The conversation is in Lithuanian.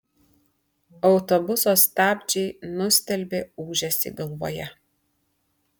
autobuso stabdžiai nustelbė ūžesį galvoje